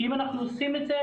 כי אם אנחנו עושים את זה,